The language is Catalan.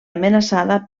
amenaçada